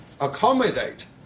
accommodate